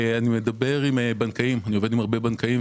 אני עובד עם הרבה בנקאים.